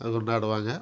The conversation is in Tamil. அது கொண்டாடுவாங்க